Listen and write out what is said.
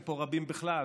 אין פה רבים בכלל,